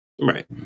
Right